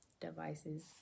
devices